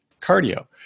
cardio